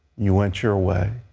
you went your way.